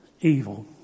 evil